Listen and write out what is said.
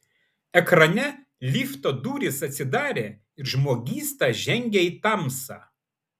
ekrane lifto durys atsidarė ir žmogysta žengė į tamsą